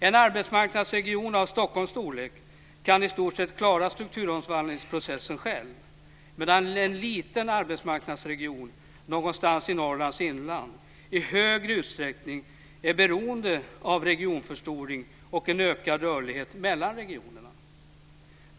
En arbetsmarknadsregion av Stockholms storlek kan i stort sett klara strukturomvandlingsprocessen själv medan en liten arbetsmarknadsregion någonstans i Norrlands inland i högre grad är beroende av regionförstoring och en ökad rörlighet mellan regionerna.